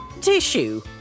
Tissue